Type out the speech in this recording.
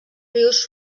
rius